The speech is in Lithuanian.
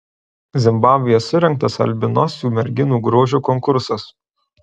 zimbabvėje surengtas albinosių merginų grožio konkursas